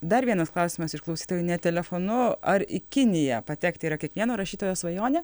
dar vienas klausimas iš klausytojų ne telefonu ar į kiniją patekti yra kiekvieno rašytojo svajonė